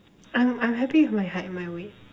I'm I'm happy with my height and my weight